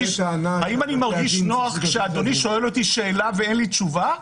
האם אני מרגיש נוח כשאדוני שואל אותי שאלה ואין לי תשובה?